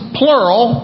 plural